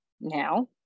now